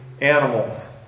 animals